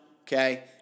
okay